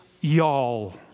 y'all